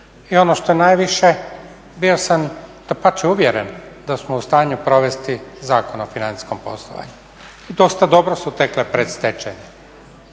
I ono što je najviše, bio sam dapače uvjeren da smo u stanju provesti Zakon o financijskom poslovanju i dosta dobro su tekle predstečajne.